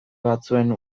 batzuen